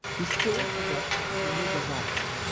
he still possessed the legal right